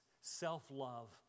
self-love